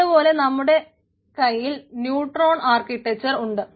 അതുപോലെ നമ്മുടെ കയ്യിൽ ന്യൂട്രോൺ ആർക്കിടെക്ചർ ഉണ്ട്